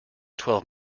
twelve